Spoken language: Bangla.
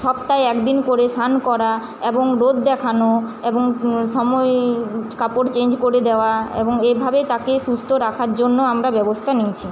সপ্তাহে একদিন করে স্নান করা রোদ দেখানো এবং সময়ে কাপড় চেঞ্জ করে দেওয়া এবং এইভাবে তাকে সুস্থ রাখার জন্য আমরা ব্যবস্থা নিয়েছি